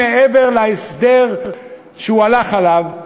מעבר להסדר שהוא הלך עליו,